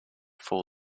full